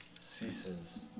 ceases